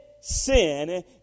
sin